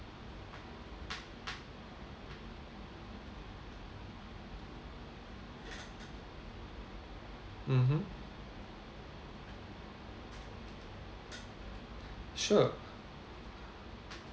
mmhmm sure